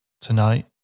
Tonight